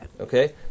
Okay